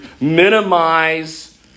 minimize